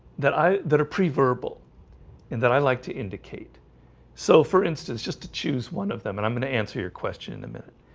that i that are pre verbal and that i like to indicate so for instance just to choose one of them and i'm gonna answer your question in a minute.